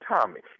Tommy